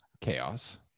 chaos